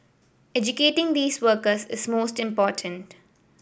educating these workers is most important